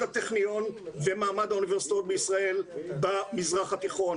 הטכניון ומעמד האוניברסיטאות בישראל במזרח התיכון,